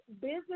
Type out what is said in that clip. business